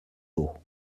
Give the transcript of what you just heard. eau